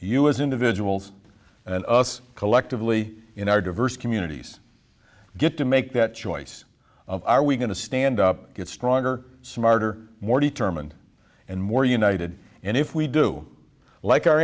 you as individuals and us collectively in our diverse communities get to make that choice of are we going to stand up get stronger smarter more determined and more united and if we do like our